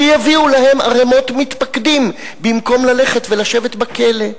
שיביאו להם ערימות מתפקדים במקום ללכת ולשבת בכלא,